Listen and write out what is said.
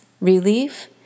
relief